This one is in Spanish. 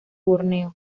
borneo